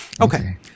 Okay